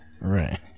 right